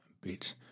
bit